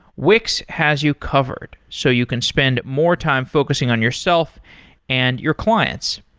wix has you covered, so you can spend more time focusing on yourself and your clients.